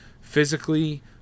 physically